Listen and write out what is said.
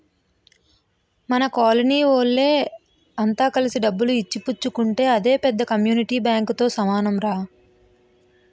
మన కోలనీ వోళ్ళె అంత కలిసి డబ్బులు ఇచ్చి పుచ్చుకుంటే అదే పెద్ద కమ్యూనిటీ బాంకుతో సమానంరా